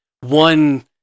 one